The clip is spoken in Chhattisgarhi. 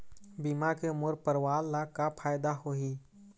बीमा के मोर परवार ला का फायदा होही?